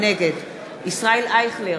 נגד ישראל אייכלר,